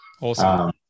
Awesome